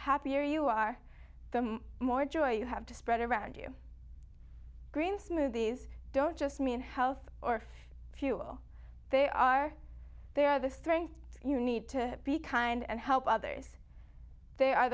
happier you are the more joy you have to spread around you green smoothies don't just mean health or fuel they are they are the strength you need to be kind and help others they are